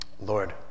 Lord